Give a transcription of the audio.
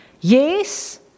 Yes